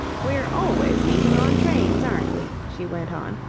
we're always meeting on trains, aren't we? she went on,